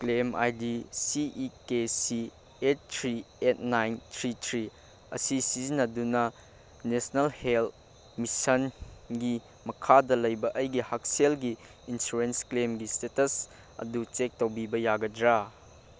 claim I D C E K C eight three eight nine three three ꯑꯁꯤ ꯁꯤꯖꯤꯟꯅꯗꯨꯅ national health ꯃꯤꯁꯟꯒꯤ ꯃꯈꯥꯗ ꯂꯩꯕ ꯑꯩꯒꯤ ꯍꯛꯁꯦꯜꯒꯤ ꯏꯟꯁꯨꯔꯦꯟꯁ ꯀ꯭ꯂꯦꯝꯒꯤ ꯏꯁꯇꯦꯇꯁ ꯑꯗꯨ ꯆꯦꯛ ꯇꯧꯕꯤꯕ ꯌꯥꯒꯗ꯭ꯔꯥ